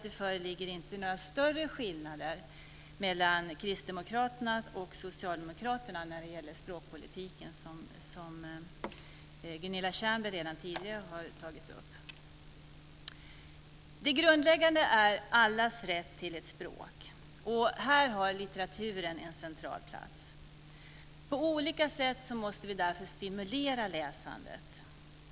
Det föreligger inte några större skillnader mellan Kristdemokraterna och som Gunilla Tjernberg redan tidigare har tagit upp. Det grundläggande är allas rätt till ett språk. Här har litteraturen en central plats. På olika sätt måste vi därför stimulera läsandet.